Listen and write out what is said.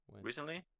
recently